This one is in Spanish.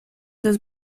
los